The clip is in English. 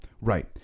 Right